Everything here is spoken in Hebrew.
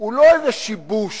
הוא לא איזה שיבוש